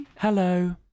hello